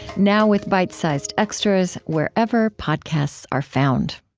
now with bite-sized extras wherever podcasts are found